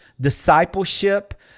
discipleship